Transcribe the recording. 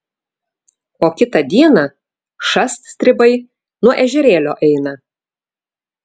o kitą dieną šast stribai nuo ežerėlio eina